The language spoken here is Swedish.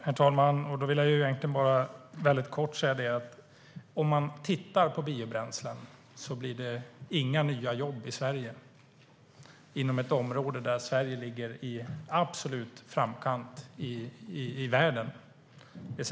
Herr talman! Jag vill kort bara säga att om man tittar på biobränslen blir det inga nya jobb i Sverige inom ett område där Sverige ligger i absolut framkant i världen.